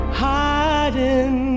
hiding